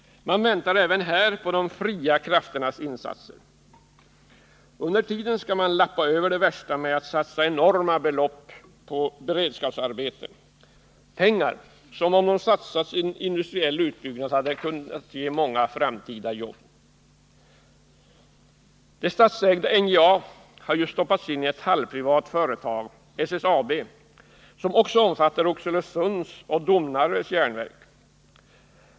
Man väntar även här på de fria krafternas insatser. Under tiden skall man lappa över det värsta genom att satsa enorma belopp på beredskapsarbeten — pengar som om de satsats på industriell utbyggnad kunde ge många framtida jobb. Det statsägda NJA har stoppats in i ett halvprivat företag — SSAB — som också omfattar Oxelösunds och Domnarvets järnverk.